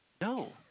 No